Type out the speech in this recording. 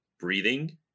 breathing